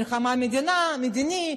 קבינט מלחמתי-מדיני,